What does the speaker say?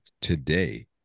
today